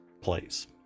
place